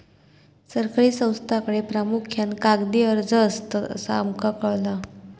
सरकारी संस्थांकडे प्रामुख्यान कागदी अर्ज असतत, असा आमका कळाला